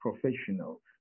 professionals